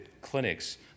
clinics